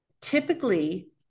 typically